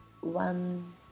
one